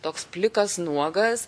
toks plikas nuogas